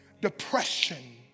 Depression